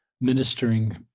ministering